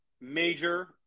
major